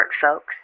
folks